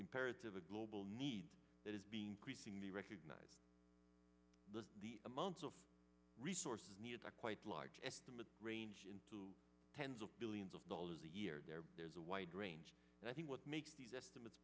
imperative a global need that is being preaching the recognize that the amounts of resources needed are quite large estimates range into tens of billions of dollars a year there's a wide range and i think what makes these estimates